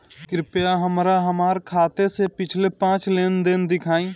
कृपया हमरा हमार खाते से पिछले पांच लेन देन दिखाइ